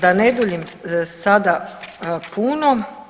Da ne duljim sada puno.